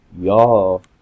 y'all